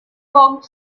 walked